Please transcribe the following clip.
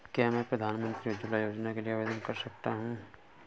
क्या मैं प्रधानमंत्री उज्ज्वला योजना के लिए आवेदन कर सकता हूँ?